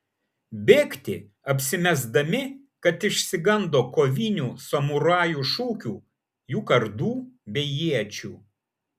bėgti apsimesdami kad išsigando kovinių samurajų šūkių jų kardų bei iečių